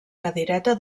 cadireta